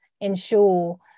ensure